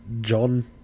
John